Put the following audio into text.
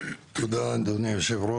תודה רבה, אדוני היו"ר.